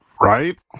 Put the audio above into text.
Right